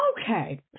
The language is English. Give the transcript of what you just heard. okay